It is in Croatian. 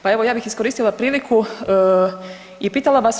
Pa evo ja bih iskoristila priliku i pitala vas.